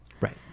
right